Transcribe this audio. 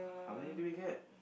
how many do we get